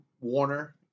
Warner